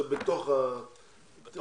זה בתוך התקציב,